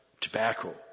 tobacco